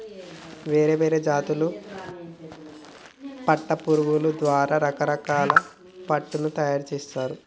వేరే వేరే జాతుల పట్టు పురుగుల ద్వారా రకరకాల పట్టును తయారుచేస్తారు